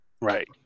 Right